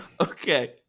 Okay